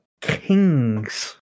kings